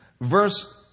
verse